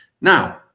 now